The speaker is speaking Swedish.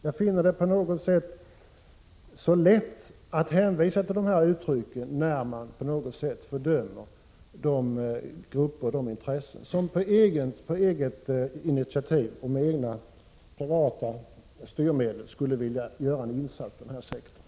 Det är på något sätt så lätt att hänvisa till dessa uttryck, när man fördömer de grupper, de intressen, som på eget initiativ och med egna privata styrmedel skulle vilja göra en insats inom den här sektorn.